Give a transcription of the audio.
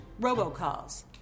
robocalls